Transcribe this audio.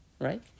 Right